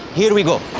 here we go.